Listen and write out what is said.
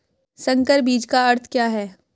संकर बीज का अर्थ क्या है?